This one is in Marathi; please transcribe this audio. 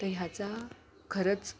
तर ह्याचा खरंच